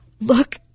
look